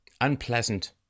unpleasant